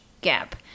gap